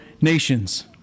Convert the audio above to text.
nations